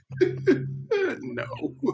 no